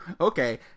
okay